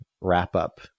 wrap-up